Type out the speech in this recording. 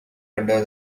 under